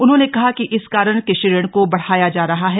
उन्होंने कहा कि इस कारण कृषि ऋण को बढ़ाया जा रहा है